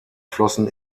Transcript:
flossen